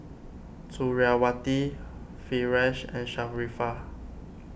Suriawati Firash and Sharifah